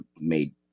made